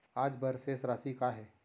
आज बर शेष राशि का हे?